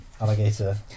alligator